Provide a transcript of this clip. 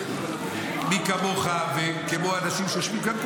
מי כמוך וכמו אנשים שיושבים כאן,